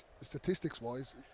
statistics-wise